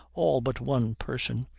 all but one person,